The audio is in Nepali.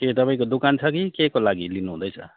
के तपाईँको दोकान छ कि केको लागि लिनुहुँदैछ